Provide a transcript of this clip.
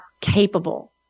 capable